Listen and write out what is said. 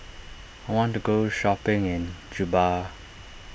I want to go shopping in Juba